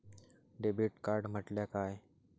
Debit card म्हटल्या काय?